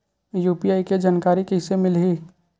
UPI के जानकारी कइसे मिलही?